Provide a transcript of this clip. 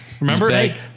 Remember